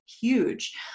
huge